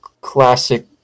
classic